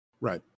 Right